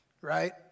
Right